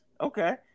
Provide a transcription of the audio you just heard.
Okay